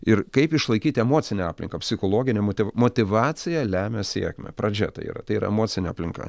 ir kaip išlaikyti emocinę aplinką psichologinę motyv motyvacija lemia sėkmę pradžia tai yra tai yra emocinė aplinka